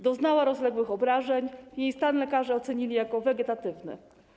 Doznała rozległych obrażeń, jej stan lekarze ocenili jako wegetatywny.